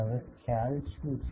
હવે ખ્યાલ શું છે